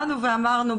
באנו ואמרנו,